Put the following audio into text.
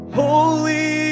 holy